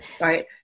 Right